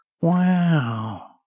Wow